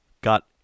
got